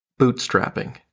Bootstrapping